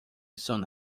soon